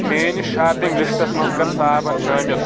میٲنِس shopping lists منٛز کر صابن شٲمِل